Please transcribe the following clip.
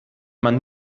man